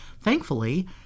Thankfully